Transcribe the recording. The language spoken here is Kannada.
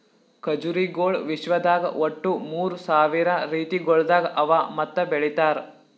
ಖಜುರಿಗೊಳ್ ವಿಶ್ವದಾಗ್ ಒಟ್ಟು ಮೂರ್ ಸಾವಿರ ರೀತಿಗೊಳ್ದಾಗ್ ಅವಾ ಮತ್ತ ಬೆಳಿತಾರ್